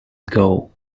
ago